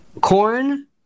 Corn